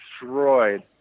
destroyed